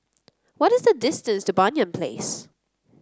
what is the distance to Banyan Place